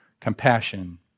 compassion